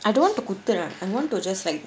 I don't want to குத்து:kuthu I want to just like